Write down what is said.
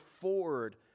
forward